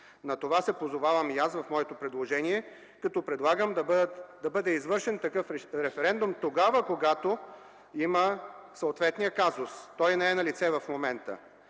На това се позовавам и аз в моето предложение, като предлагам да бъде извършен такъв референдум, когато има съответен казус. Той не е налице в момента,